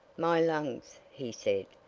my lungs! he said,